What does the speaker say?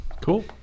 Cool